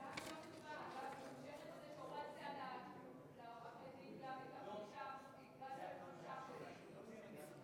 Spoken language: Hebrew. ההצעה להעביר את הצעת חוק המכר (דירות)